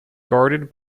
guarded